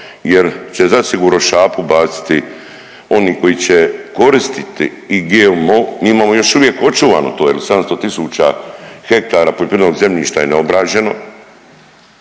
jer će zasigurno šapu baciti oni koji će koristiti i GMO. Mi imamo još uvijek očuvano to, jer 700 000 ha poljoprivrednog zemljišta je neobrađeno.